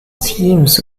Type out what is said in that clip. teams